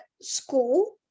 school